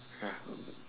ya